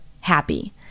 happy